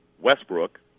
Westbrook